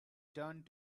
turned